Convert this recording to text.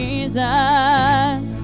Jesus